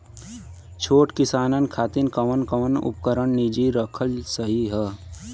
छोट किसानन खातिन कवन कवन उपकरण निजी रखल सही ह?